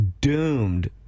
doomed